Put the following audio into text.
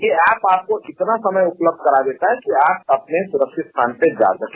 यह ऐप आपको इतना समय उपलब्ध करा देता है कि आप अपने सुरक्षित स्थान पर जा सके